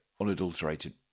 unadulterated